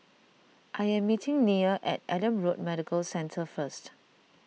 I am meeting Neal at Adam Road Medical Centre first